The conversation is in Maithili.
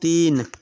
तीन